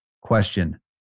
question